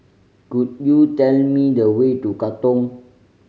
could you tell me the way to Katong